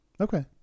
Okay